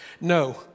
No